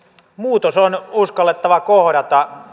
muutos on uskallettava kohdata